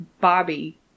Bobby